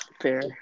Fair